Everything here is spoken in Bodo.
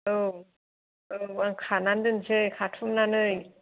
औ औ आं खानानै दोनसै खाथुमनानै